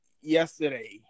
yesterday